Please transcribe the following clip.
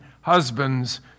husbands